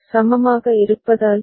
சமமாக இருப்பதால் சரி